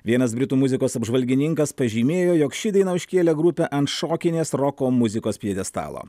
vienas britų muzikos apžvalgininkas pažymėjo jog ši daina užkėlė grupę ant šokinės roko muzikos pjedestalo